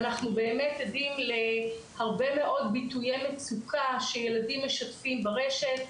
אנחנו באמת עדים להרבה מאוד ביטויי מצוקה שילדים משתפים ברשת,